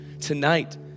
tonight